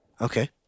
Okay